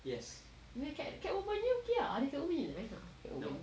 cat woman punya okay ah ada cat woman punya I nak ah